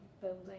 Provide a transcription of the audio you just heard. building